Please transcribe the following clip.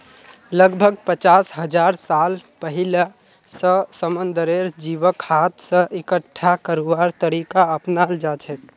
लगभग पचास हजार साल पहिलअ स समुंदरेर जीवक हाथ स इकट्ठा करवार तरीका अपनाल जाछेक